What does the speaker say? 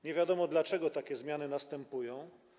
Nie wiadomo, dlaczego takie zmiany następują.